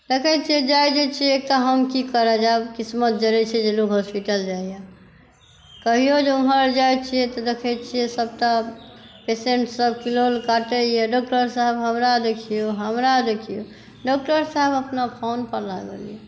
देखै छियै जाइ जे छियै तऽ हम की करऽ जाएब किस्मत जरै छै जे लोक हॉस्पिटल जाइए कहियो जे उमहर जाइ छियै तऽ देखै छियै सबटा पेशेंट सब किलोल काटैया डॉक्टर साहेब हमरा देखियौ हमरा देखियौ डॉक्टर साहेब अपना फोन पर लागल यऽ